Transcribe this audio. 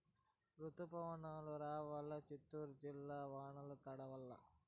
రుతుపవనాలు రావాలా చిత్తూరు జిల్లా వానల్ల తడవల్ల